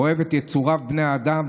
אוהב את יצוריו בני האדם,